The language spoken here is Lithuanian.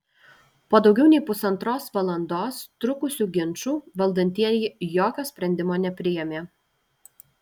po daugiau nei pusantros valandos trukusių ginčų valdantieji jokio sprendimo nepriėmė